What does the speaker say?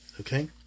Okay